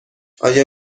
آیا